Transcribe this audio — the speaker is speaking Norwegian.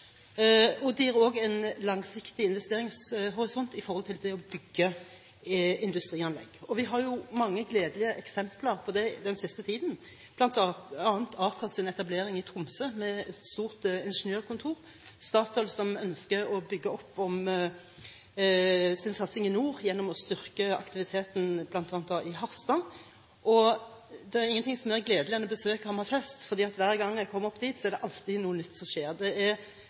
og det gir også en langsiktig investeringshorisont når det gjelder det å bygge industrianlegg. Vi har jo mange gledelige eksempler på det den siste tiden, bl.a. Akers etablering av et stort ingeniørkontor i Tromsø og Statoil som ønsker å bygge opp om sin satsing i nord gjennom å styrke aktiviteten bl.a. i Harstad. Det er ingenting som er mer gledelig enn å besøke Hammerfest, for hver gang jeg kommer opp dit, er det alltid noe nytt som skjer.